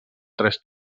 tres